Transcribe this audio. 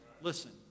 Listen